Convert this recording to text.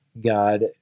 God